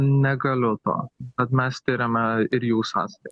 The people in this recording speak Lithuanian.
negaliu to bet mes tiriame ir jų sąskai